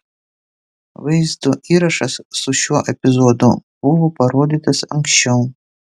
vaizdo įrašas su šiuo epizodu buvo parodytas anksčiau